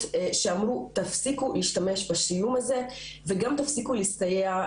שאמרו תפסיקו להשתמש בשיום הזה וגם תפסיקו להסתייע,